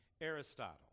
Aristotle